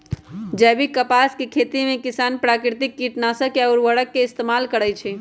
जैविक कपास के खेती में किसान प्राकिरतिक किटनाशक आ उरवरक के इस्तेमाल करई छई